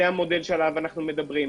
זה המודל שעליו אנחנו מדברים.